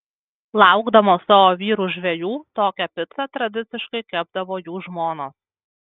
laukdamos savo vyrų žvejų tokią picą tradiciškai kepdavo jų žmonos